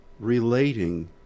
Relating